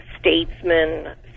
statesman